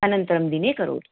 अनन्तरं दिने करोतु